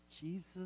Jesus